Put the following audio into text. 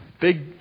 Big